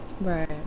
Right